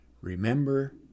Remember